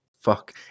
fuck